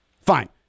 Fine